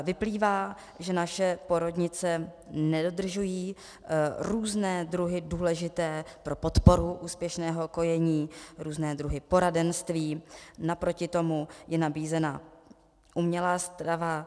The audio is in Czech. Vyplývá, že naše porodnice nedodržují různé druhy důležité pro podporu úspěšného kojení, různé druhy poradenství, naproti tomu je nabízena umělá strava.